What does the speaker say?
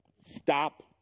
stop